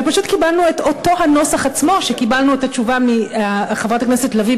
ופשוט קיבלנו את אותו הנוסח עצמו שקיבלנו בתשובה מחברת הכנסת לביא,